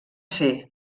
ser